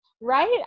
Right